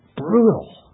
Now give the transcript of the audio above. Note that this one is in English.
Brutal